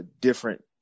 different